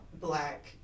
black